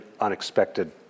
unexpected